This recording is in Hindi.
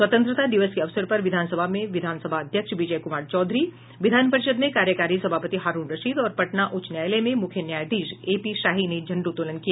स्वतंत्रता दिवस के अवसर पर विधानसभा में विधानसभा अध्यक्ष विजय कुमार चौधरी विधान परिषद में कार्यकारी सभापति हारूण रशीद और पटना उच्च न्यायालय में मुख्य न्यायाधीश एपीशाही ने झंडोतोलन किया